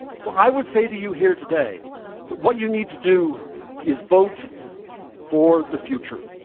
so, i would say to you here today that what you need to do is vote for the future.